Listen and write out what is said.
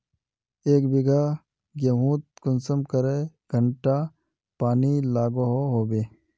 एक बिगहा गेँहूत कुंसम करे घंटा पानी लागोहो होबे?